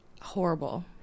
Horrible